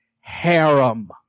harem